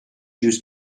used